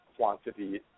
Quantity